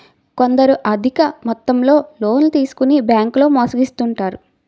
కొందరు అధిక మొత్తంలో లోన్లు తీసుకొని బ్యాంకుల్లో మోసగిస్తుంటారు